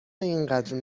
اینقدر